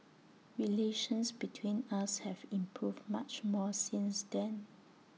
relations between us have improved much more since then